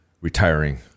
retiring